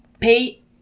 pay